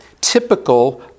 typical